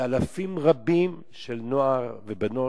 ואלפים רבים של נוער ובנות.